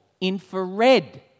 infrared